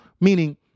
Meaning